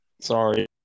Sorry